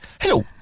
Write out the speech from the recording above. Hello